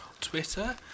Twitter